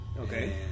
Okay